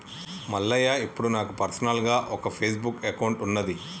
మల్లయ్య ఇప్పుడు నాకు పర్సనల్గా ఒక ఫేస్బుక్ అకౌంట్ ఉన్నది